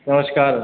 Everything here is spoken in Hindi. नमस्कार